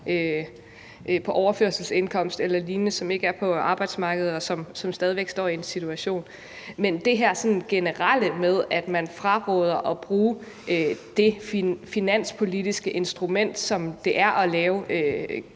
på overførselsindkomst osv. – altså folk, som ikke er på arbejdsmarkedet, og som stadig væk står i en vanskelig situation. Men med hensyn til det her med, at man generelt fraråder at bruge det finanspolitiske instrument, som det er at lave